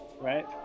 right